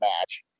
match